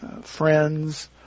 friends